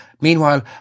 Meanwhile